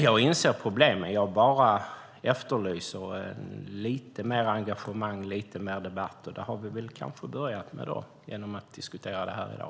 Jag inser problemen, men jag efterlyser lite mer engagemang och debatt. Det har vi kanske börjat med nu genom att diskutera det här i dag.